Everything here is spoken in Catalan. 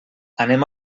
anem